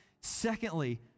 Secondly